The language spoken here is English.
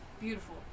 beautiful